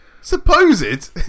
Supposed